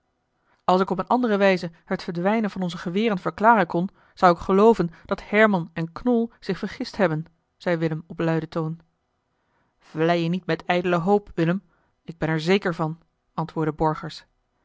als ik op eene andere wijze het verdwijnen van onze geweren verklaren kon zou ik gelooven dat herman en knol zich vergist hebben zei willem op luiden toon vlei je niet met ijdele hoop willem ik ben er zeker van antwoordde borgers